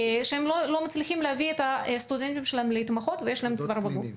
שהם לא מצליחים להביא את הסטודנטים שלהם להתמחות ויש להם צוואר בקבוק.